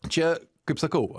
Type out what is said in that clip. čia kaip sakau